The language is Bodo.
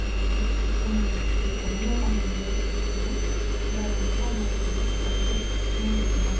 मानि जोङो जेखौ मोजां नुयो बेखौनो बायनानै गान्नो लुबैयो फालिफोरखौबो जों बिदिनो